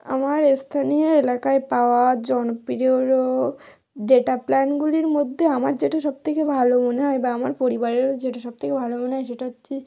আমার স্থানীয় এলাকায় পাওয়া জনপ্রিয় ডেটা প্ল্যানগুলির মধ্যে আমার যেটা সব থেকে ভালো মনে হয় বা আমার পরিবারেরও যেটা সব থেকে ভালো মনে হয় সেটা হচ্ছে